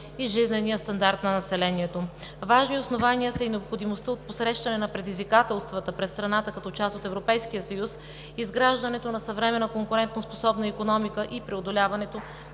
и жизнения стандарт на населението. Важни основания са и необходимостта от посрещане на предизвикателствата пред страната като част от Европейския съюз, изграждането на съвременна конкурентоспособна икономика и преодоляването